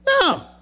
No